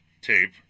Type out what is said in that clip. tape